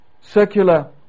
circular